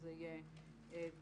שזה יהיה "גוף,